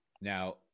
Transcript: Now